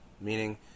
meaning